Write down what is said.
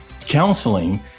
counseling